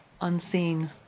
unseen